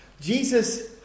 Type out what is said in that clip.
Jesus